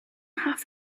have